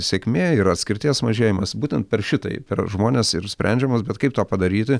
sėkmė ir atskirties mažėjimas būtent per šitai per žmones ir sprendžiamos bet kaip tą padaryti